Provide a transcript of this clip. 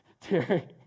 Terry